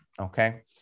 Okay